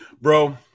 bro